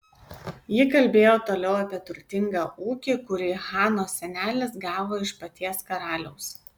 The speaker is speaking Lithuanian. ji kalbėjo toliau apie turtingą ūkį kurį hanos senelis gavo iš paties karaliaus